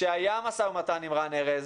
שהיה משא-ומתן עם רן ארז.